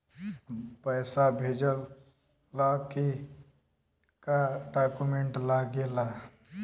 पैसा भेजला के का डॉक्यूमेंट लागेला?